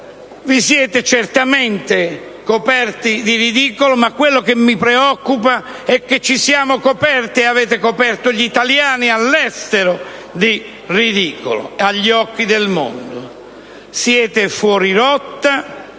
Vi siete certamente coperti di ridicolo, ma quello che mi preoccupa è che ci siamo coperti e che avete coperto gli italiani all'estero di ridicolo agli occhi del mondo. Siete fuori rotta